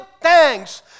thanks